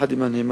יחד עם הנאמן.